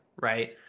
Right